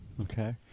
Okay